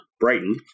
Brighton